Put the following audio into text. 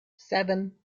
seven